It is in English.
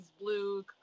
blue